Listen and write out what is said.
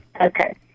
Okay